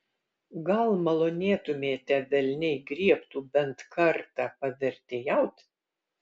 gal malonėtumėte velniai griebtų bent kartą pavertėjaut